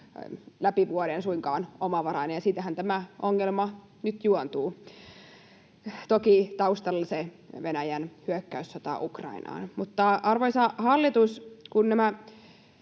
läpi vuoden suinkaan omavarainen. Siitähän tämä ongelma nyt juontuu, toki taustalla se Venäjän hyökkäyssota Ukrainaan. Arvoisa hallitus! Kun nämä